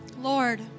Lord